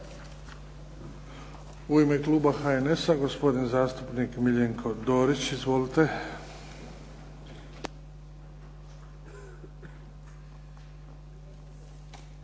U ime kluba HNS-a, gospodin zastupnik Miljenko Dorić. Izvolite.